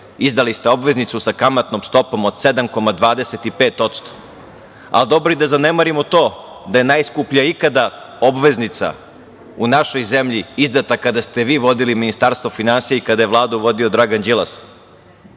izdali ste obveznicu sa kamatnom stopom od 7,25%. Ali, dobro, da zanemarimo i to da je najskuplja ikada obveznica u našoj zemlji izdata kada ste vi vodili Ministarstvo finansija i kada je Vladu vodio Dragan Đilas,